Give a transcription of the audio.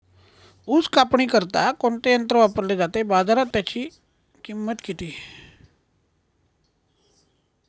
ऊस कापणीकरिता कोणते यंत्र वापरले जाते? बाजारात त्याची किंमत किती?